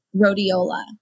Rhodiola